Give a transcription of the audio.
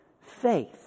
faith